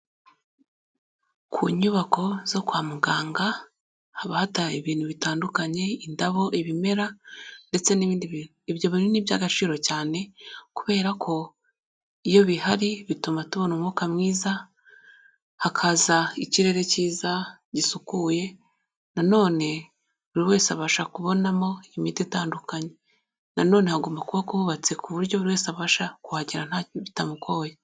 Ku nyubako zo kwa muganga haba hateye ibintu bitandukanye indabo, ibimera ndetse n'ibindi bintu. Ibyo bintu ni iby'agaciro cyane kubera ko iyo bihari bituma tubona umwuka mwiza hakaza ikirere kiza gisukuye, na none buri wese abasha kubonamo imiti itandukanye, na none hagomba kuba hubatse ku buryo buri wese abasha kuhagera bitamugoye.